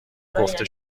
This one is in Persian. گفته